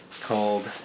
called